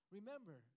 Remember